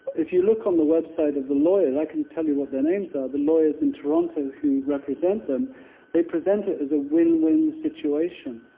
if you look on the website of the lawyer i can tell you what their names are the lawyers in toronto who represent them they present it as a win-win situation.